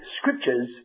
Scriptures